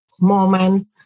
moment